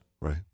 Right